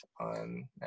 on